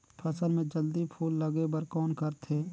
फसल मे जल्दी फूल लगे बर कौन करथे?